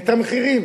את המחירים